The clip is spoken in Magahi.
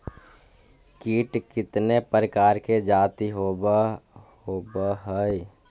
कीट कीतने प्रकार के जाती होबहय?